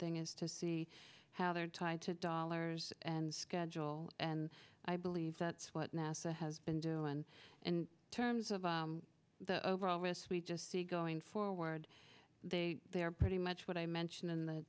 thing is to see how they are tied to dollars and schedule and i believe that's what nasa has been doing in terms of the overall risk we just see going forward they're pretty much what i mentioned in the